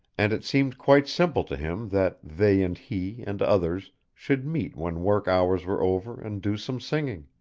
and it seemed quite simple to him that they and he and others should meet when work hours were over and do some singing.